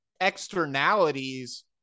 externalities